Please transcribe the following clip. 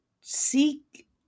seek